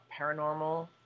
paranormal